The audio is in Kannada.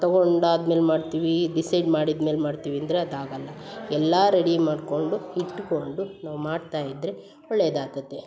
ತಗೊಂಡು ಆದ್ಮೇಲೆ ಮಾಡ್ತೀವಿ ಡಿಸೈಡ್ ಮಾಡಿದ್ಮೇಲೆ ಮಾಡ್ತೀವಿ ಅಂದರೆ ಅದು ಆಗಲ್ಲ ಎಲ್ಲ ರೆಡಿ ಮಾಡ್ಕೊಂಡು ಇಟ್ಕೊಂಡು ನಾವು ಮಾಡ್ತಾ ಇದ್ದರೆ ಒಳ್ಳೆಯದು ಆಗತ್ತೆ